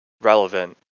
relevant